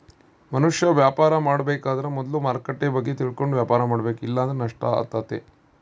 ಮನುಷ್ಯ ವ್ಯಾಪಾರ ಮಾಡಬೇಕಾದ್ರ ಮೊದ್ಲು ಮಾರುಕಟ್ಟೆ ಬಗ್ಗೆ ತಿಳಕಂಡು ವ್ಯಾಪಾರ ಮಾಡಬೇಕ ಇಲ್ಲಂದ್ರ ನಷ್ಟ ಆತತೆ